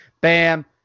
bam